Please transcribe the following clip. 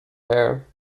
hair